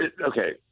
okay